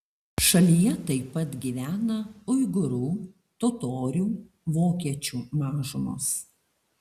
šalyje taip pat gyvena uigūrų totorių vokiečių mažumos